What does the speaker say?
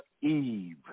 Eve